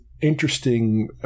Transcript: interesting